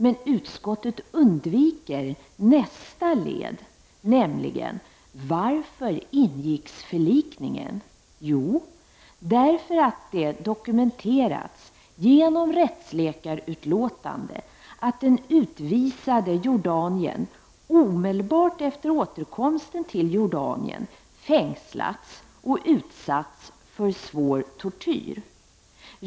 Men utskottet undviker nästa led, nämligen: Varför ingicks förlikningen? Den ingicks därför att det dokumenterats genom rättsläkarutlåtandet att den utvisade jordarniern omedelbart efter återkomsten till Jordanien fängslats och utsatts för svår tortyr.